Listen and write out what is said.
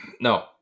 No